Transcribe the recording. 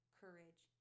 courage